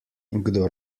kdor